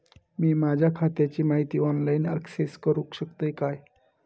मी माझ्या खात्याची माहिती ऑनलाईन अक्सेस करूक शकतय काय?